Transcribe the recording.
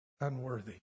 unworthy